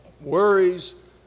worries